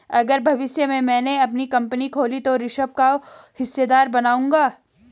अगर भविष्य में मैने अपनी कंपनी खोली तो ऋषभ को हिस्सेदार बनाऊंगा